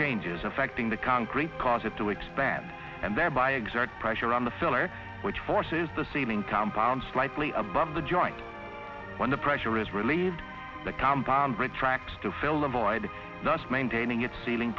changes affecting the concrete cause it to expand and thereby exert pressure on the filler which forces the sealing compound slightly above the joint when the pressure is relieved the compound retracts to fill the void thus maintaining it sealing